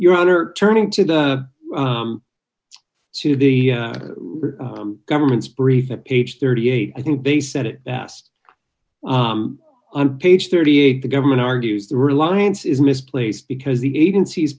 your honor turning to the to the government's briefs at page thirty eight i think they said it best on page thirty eight the government argued reliance is misplaced because the agencies